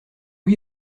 lui